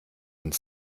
und